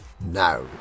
now